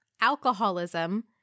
alcoholism